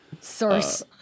source